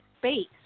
space